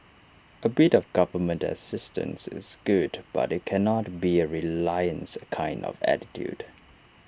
A bit of government assistance is good but IT cannot be A reliance kind of attitude